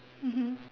mmhmm